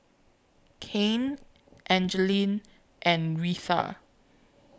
Cain Angeline and Reatha